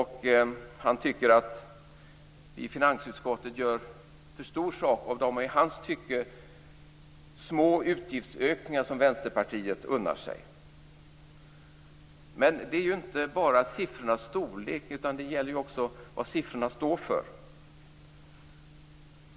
Han tycker att vi i finansutskottet gör för stor sak av de i hans tycke små utgiftsökningar som Vänsterpartiet unnar sig. Men det gäller ju inte bara siffrornas storlek utan också vad siffrorna står för.